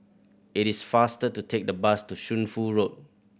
it is faster to take the bus to Shunfu Road